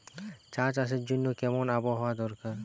চা চাষের জন্য কেমন আবহাওয়া দরকার?